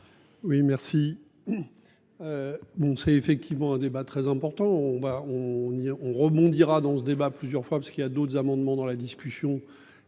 Oui merci. Bon, c'est effectivement un débat très important. On va, on y on rebondira dans ce débat, plusieurs fois parce qu'il y a d'autres amendements dans la discussion